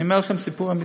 אני אומר לכם סיפור אמיתי.